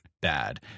bad